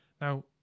now